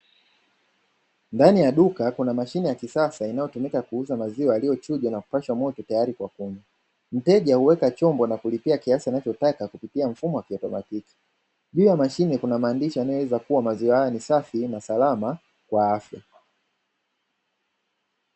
Ndani ya duka kuna mashine ya kisasa inayotumika kuuza maziwa yaliyochujwa na kupashwa moto tayari kwa kunywa, mteja huweka chombo na kulipia kiasi anachotaka kupitia mfumo wa kiautomatiki. Juu ya mashine kunamaandishi yanayoeleza kuwa maziwa haya ni safi na salama kwa afya.